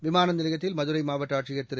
விமான நிலையத்தில் மதுரை மாவட்ட ஆட்சியர் திரு